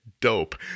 Dope